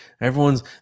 everyone's